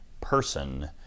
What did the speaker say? person